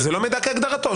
זה לא מידע כהגדרתו,